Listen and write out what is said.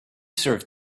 serve